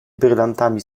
brylantami